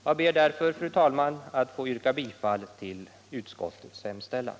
Jag ber därför, fru talman, att få yrka bifall till utskottets hemställan.